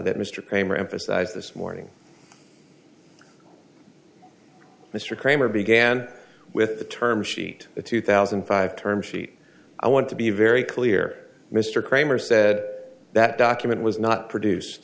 that mr cramer emphasized this morning mr kramer began with the term sheet two thousand and five term sheet i want to be very clear mr kramer said that document was not produce